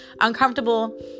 uncomfortable